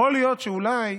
יכול להיות שאולי